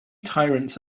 tyrants